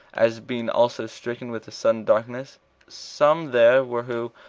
as being also stricken with a sudden darkness some there were who,